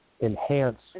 enhance